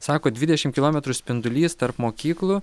sako dvidešim kilometrų spindulys tarp mokyklų